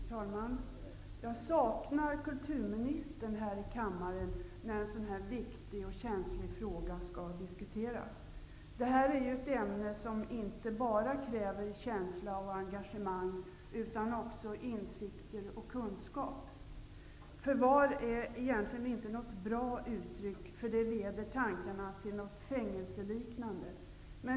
Herr talman! Jag saknar kulturministern här i kammaren när en så viktig och känslig fråga skall diskuteras. Det här är ett ämne som inte bara kräver känsla och engagemang utan också insikter och kunskaper. Förvar är egentligen inte något bra uttryck, för det leder tankarna till något fängelseliknande.